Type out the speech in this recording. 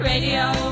Radio